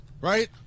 right